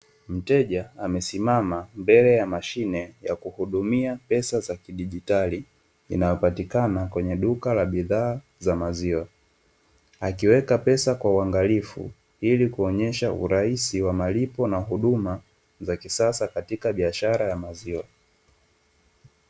Mteja amesimama mbele ya mashine ya kuhudumia pesa za kidijitali inayopatikana kwenye duka la bidhaa za maziwa, akiweka pesa kwa uangalifu ili kuonyesha urahisi wa malipo na huduma za kisasa katika bishara ya maziwa.